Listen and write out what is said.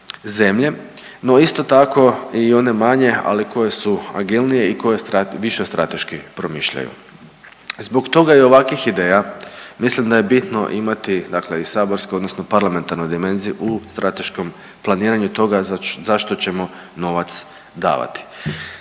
zemlje. No isto tako i one manje, ali koje su agilnije i koje više strateški promišljaju. Zbog toga je ovakvih ideja mislim da je bitno imati, dakle i saborsku, odnosno parlamentarnu dimenziju u strateškom planiranju toga zašto ćemo novac davati.